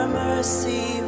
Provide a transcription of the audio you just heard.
mercy